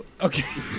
Okay